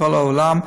מכל העולם,